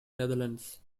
netherlands